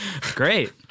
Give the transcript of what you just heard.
Great